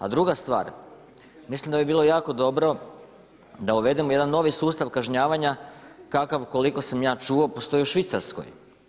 A druga stvar, mislim da bi bilo jako dobro da uvedemo jedan novi sustav kažnjavanja kakav koliko sam ja čuo postoji u Švicarskoj.